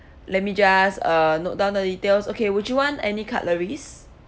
let me just uh note down the details okay would you want any cutleries